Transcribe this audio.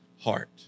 heart